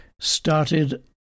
started